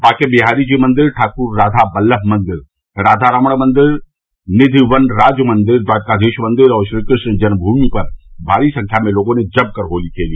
बांके बिहारी जी मंदिर ठाक्र राधाबल्लम मंदिर राधारमण मंदिर निधिवनराज मंदिर द्वारिकाधीश मंदिर और श्रीकृष्ण जन्मभूमि पर भारी संख्या में लोगों ने जमकर होती खेली